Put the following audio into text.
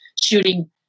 shooting